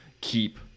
keep